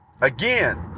again